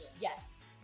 Yes